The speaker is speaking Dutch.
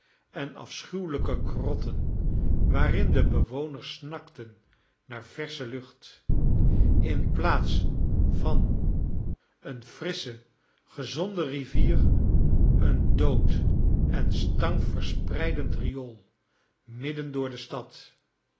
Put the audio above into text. en afschuwelijke krotten waarin de bewoners snakten naar versche lucht in plaats van een frissche gezoude rivier een dood en stank verspreidend riool midden door de stad